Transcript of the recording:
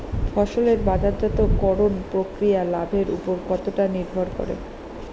ফসলের বাজারজাত করণ প্রক্রিয়া লাভের উপর কতটা নির্ভর করে?